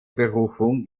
berufung